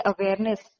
awareness